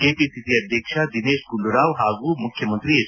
KPCC ಅಧ್ಯಕ್ಷ ದಿನೇಶ್ ಗುಂಡೂರಾವ್ ಹಾಗೂ ಮುಖ್ಯಮಂತ್ರಿ ಎಚ್